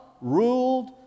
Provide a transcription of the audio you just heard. ruled